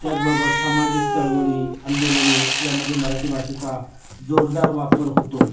त्याचबरोबर सामाजिक चळवळी आंदोलने यामध्ये मराठी भाषेचा जोरदार वापर होतो